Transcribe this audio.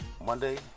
Monday